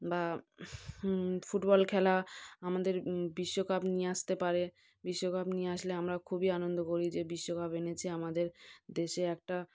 বা ফুটবল খেলা আমাদের বিশ্বকাপ নিয়ে আসতে পারে বিশ্বকাপ নিয়ে আসলে আমরা খুবই আনন্দ করি যে বিশ্বকাপ এনেছে আমাদের দেশে একটা